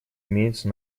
имеется